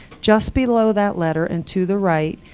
just below that letter and to the right,